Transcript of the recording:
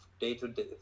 day-to-day